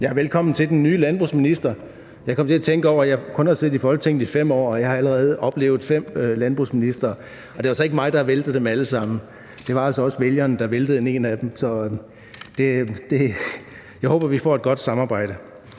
Velkommen til den nye landbrugsminister. Jeg kom til at tænke på, at jeg kun har siddet i Folketinget i 5 år, og jeg har allerede oplevet fem landbrugsministre, og det er altså ikke mig, der har væltet dem alle sammen. Det var altså også vælgerne, der væltede en af dem. Jeg håber, at vi får et godt samarbejde.